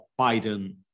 Biden